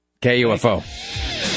KUFO